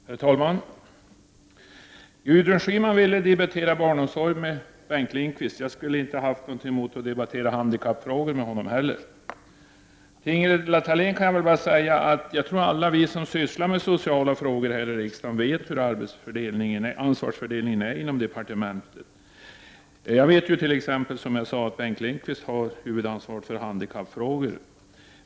Herr talman! Gudrun Schyman ville debattera barnomsorg med Bengt Lindqvist. Jag skulle inte ha haft någonting emot att debattera handikappfrågor med honom heller. Till Ingela Thalén kan jag bara säga att jag tror att alla vi som sysslar med sociala frågor här i riksdagen vet hurdan ansvarsfördelningen inom departementet är. Jag vet t.ex. att Bengt Lindqvist har huvudansvaret för handikappfrågor.